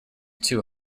too